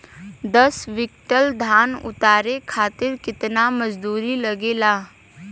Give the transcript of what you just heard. दस क्विंटल धान उतारे खातिर कितना मजदूरी लगे ला?